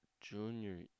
junior